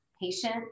patient